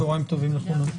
צהריים טובים לכולם.